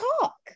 talk